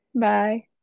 Bye